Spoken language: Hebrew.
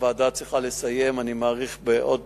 הוועדה צריכה לסיים, אני מעריך, בעוד